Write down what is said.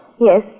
Yes